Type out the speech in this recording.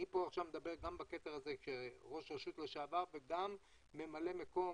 אני מדבר גם בקטע הזה כראש רשות לשעבר וגם כממלא מקום